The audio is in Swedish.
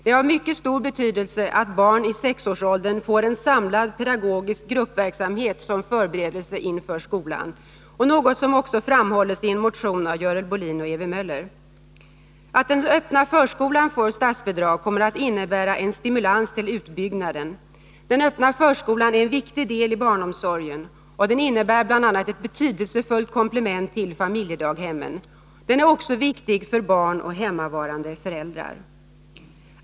Det är av mycket stor betydelse att barn i sexårsåldern får en samlad pedagogisk gruppverksamhet som förberedelse inför skolan, något som också framhålls i en motion av Görel Bohlin och Evy Möller. Att den öppna förskolan får statsbidrag kommer att innebära en stimulans till utbyggnaden. Den öppna förskolan är en viktig del i barnomsorgen, och den innebär bl.a. ett betydelsefullt komplement till familjedaghemmen. Den är också viktig för barn och hemmavarande föräldrar.